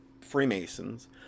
Freemasons